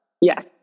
Yes